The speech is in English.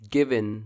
Given